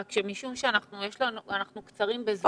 רק משום שאנחנו קצרים בזמן אני רוצה לנצל את זה ל --- אוקיי,